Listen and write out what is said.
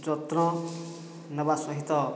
ଯତ୍ନ ନେବା ସହିତ